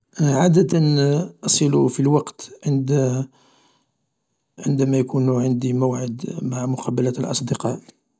عادة أصل في الوقت عند عندما يكون عندي موعد مع مقابلة الأصدقاء.